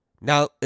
now